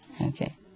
Okay